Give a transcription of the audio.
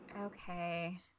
Okay